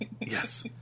Yes